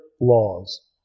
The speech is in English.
laws